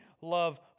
love